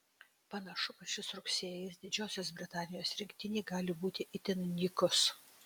panašu kad šis rugsėjis didžiosios britanijos rinktinei gali būti itin nykus